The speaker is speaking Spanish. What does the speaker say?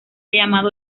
llamado